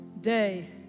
day